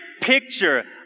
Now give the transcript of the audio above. picture